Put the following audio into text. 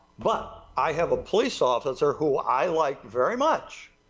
but i have a police officer who i like very much,